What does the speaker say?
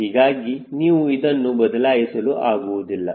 ಹೀಗಾಗಿ ನೀವು ಇದನ್ನು ಬದಲಾಯಿಸಲು ಆಗುವುದಿಲ್ಲ